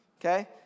okay